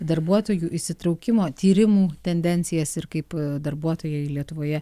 darbuotojų įsitraukimo tyrimų tendencijas ir kaip darbuotojai lietuvoje